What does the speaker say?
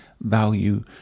value